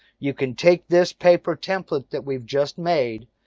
you can take this paper template that we've just made.